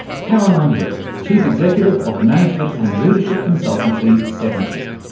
caroline webb, chief executive of the management and leadership consultancy sevenshift,